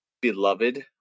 beloved